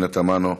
פנינה תמנו.